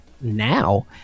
now